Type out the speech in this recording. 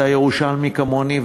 ואתה ירושלמי כמוני,